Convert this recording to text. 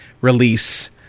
release